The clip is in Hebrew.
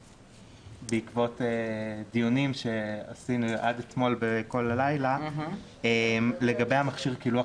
בעקבות דיונים שעשינו עד אתמול כל הלילה לגבי מכשיר קילוח